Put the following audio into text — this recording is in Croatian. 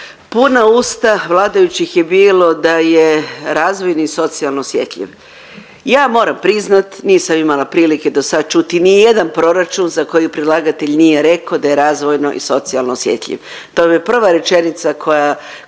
Puna usta vladajućih je bilo da je razvojni i socijalno osjetljiv. Ja moram priznati nisam imala prilike dosada čuti ni jedan proračun za koji predlagatelj nije rekao da je razvojno i socijalno osjetljiv. To vam je prva rečenica koja,